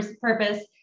purpose